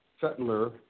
settler